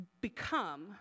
become